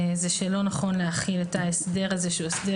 זה שלא נכון להחיל את ההסדר הזה שהוא הסדר